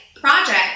project